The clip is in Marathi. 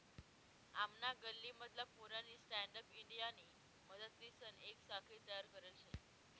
आमना गल्ली मधला पोऱ्यानी स्टँडअप इंडियानी मदतलीसन येक साखळी तयार करले शे